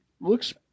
looks